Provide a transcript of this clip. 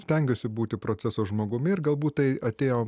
stengiuosi būti proceso žmogumi ir galbūt tai atėjo